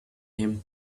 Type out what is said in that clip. him